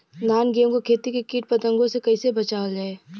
धान गेहूँक खेती के कीट पतंगों से कइसे बचावल जाए?